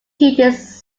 teaches